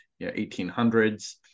1800s